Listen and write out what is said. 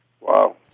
Wow